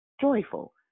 joyful